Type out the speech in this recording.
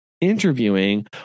interviewing